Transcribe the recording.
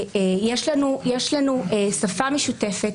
יש לנו שפה משותפת,